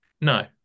No